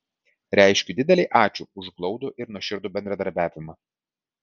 reiškiu didelį ačiū už glaudų ir nuoširdų bendradarbiavimą